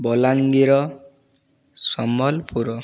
Balangir Sambalpur